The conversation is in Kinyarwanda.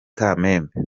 kamembe